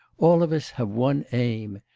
all of us have one aim.